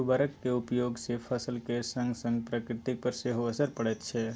उर्वरकक उपयोग सँ फसल केर संगसंग प्रकृति पर सेहो असर पड़ैत छै